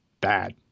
bad